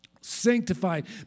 Sanctified